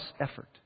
effort